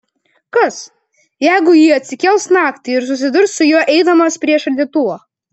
kas jeigu jis atsikels naktį ir susidurs su juo eidamas prie šaldytuvo